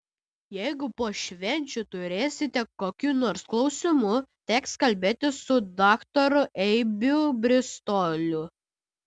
jeigu po švenčių turėsite kokių nors klausimų teks kalbėtis su daktaru eibių bristoliu